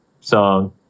song